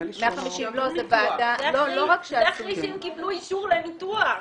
זה אחרי שהם קיבלו אישור לניתוח.